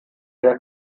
der